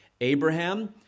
Abraham